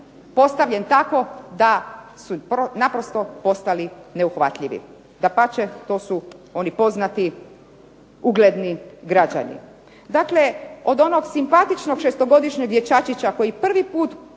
postavljen tako da su naprosto postali neuhvatljivi, dapače to su oni poznati ugledni građani. Dakle, od onog simpatičnog šestogodišnjeg dječačića koji prvi put